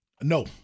No